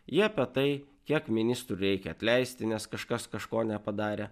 jie apie tai kiek ministrų reikia atleisti nes kažkas kažko nepadarė